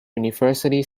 university